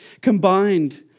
Combined